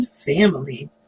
family